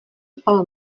ale